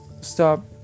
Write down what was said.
Stop